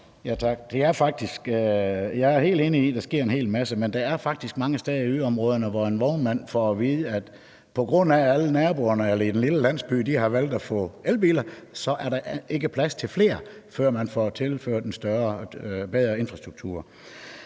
Jeg er helt enig i, at der sker en hel masse, men der er faktisk mange steder i yderområderne, hvor en vognmand får at vide, at der på grund af, at alle naboerne i den lille landsby har valgt at få elbiler, så er der ikke plads til flere, før man får tilført en bedre infrastruktur.